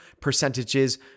percentages